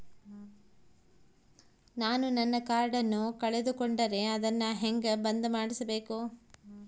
ನಾನು ನನ್ನ ಕಾರ್ಡನ್ನ ಕಳೆದುಕೊಂಡರೆ ಅದನ್ನ ಹೆಂಗ ಬಂದ್ ಮಾಡಿಸಬೇಕು?